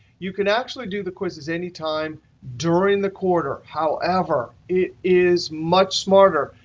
you can actually do the quizzes any time during the quarter. however, it is much smarter,